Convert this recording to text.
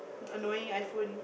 annoying iPhone